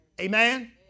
Amen